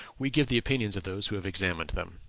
we give the opinions of those who have examined them.